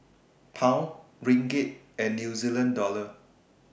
Pound Ringgit and New Zealand Dollar